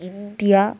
India